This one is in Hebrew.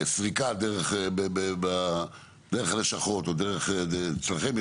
סריקה דרך הלשכות או אצלכם,